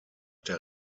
der